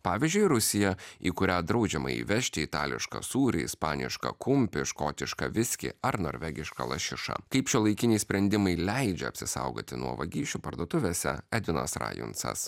pavyzdžiui rusija į kurią draudžiama įvežti itališką sūrį ispanišką kumpį škotišką viskį ar norvegišką lašišą kaip šiuolaikiniai sprendimai leidžia apsisaugoti nuo vagysčių parduotuvėse edvinas rajuncas